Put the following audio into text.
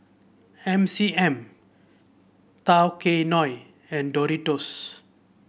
M C M Tao Kae Noi and Doritos